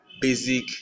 basic